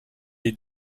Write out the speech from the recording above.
est